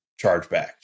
chargebacks